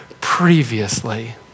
previously